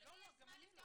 למי יש זמן --- גם אני לא,